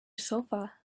sofa